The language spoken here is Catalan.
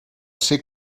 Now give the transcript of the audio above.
ser